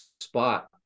spot